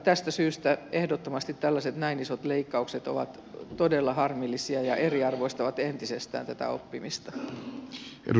tästä syystä ehdottomasti tällaiset näin isot leikkaukset ovat todella harmillisia ja eriarvoistavat entisestään tätä oppimista